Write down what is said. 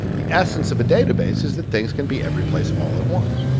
the essence of a database is that things can be every place all at once.